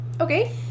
Okay